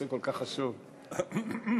בבקשה.